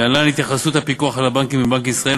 התייחסות הפיקוח על הבנקים בבנק ישראל